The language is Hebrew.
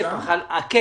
ה-cap